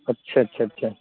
اچھا اچھا اچھا